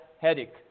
headache